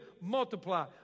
multiply